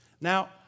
Now